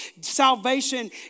Salvation